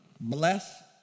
bless